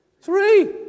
Three